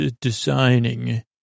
designing